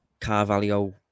Carvalho